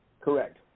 Correct